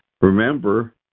Remember